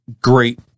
great